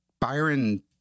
Byron